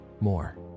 more